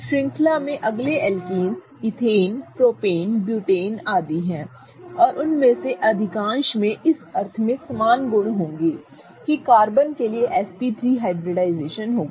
श्रृंखला में अगले एल्केन्स इथेन प्रोपेन ब्यूटेन आदि हैं और उनमें से अधिकांश में इस अर्थ में समान गुण होंगे कि कार्बन के लिए sp3 हाइब्रिडाइजेशन होगा